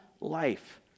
life